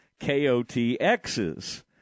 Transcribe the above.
KOTXs